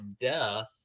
death